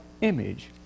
image